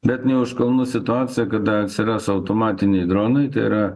bet ne už kalnų situacija kada atsiras automatiniai dronai tai yra